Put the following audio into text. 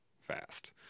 fast